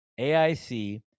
aic